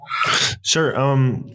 Sure